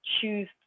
choose